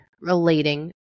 relating